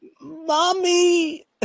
Mommy